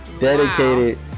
dedicated